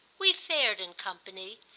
we fared in company,